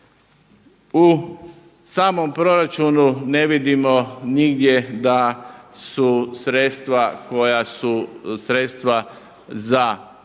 U samom proračunu ne vidimo nigdje da su sredstva koja su sredstva za aktivne